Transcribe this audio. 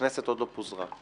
הכנסת עוד לא פוזרה.